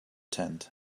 tent